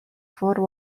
for